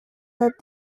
that